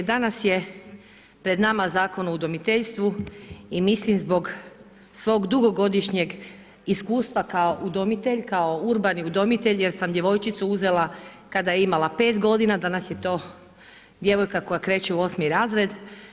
Danas je pred nama Zakon o udomiteljstvu i mislim zbog svog dugogodišnjeg iskustva kao udomitelj, kao urbani udomitelj, jer sam djevojčicu uzela kada je imala 5 g. danas je to djevojka koja kreće u 8 razred.